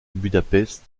budapest